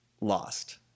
lost